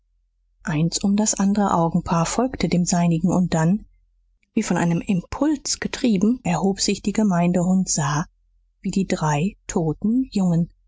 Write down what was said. eins um das andere augenpaar folgte dem seinigen und dann wie von einem impuls getrieben erhob sich die gemeinde und sah wie die drei toten jungen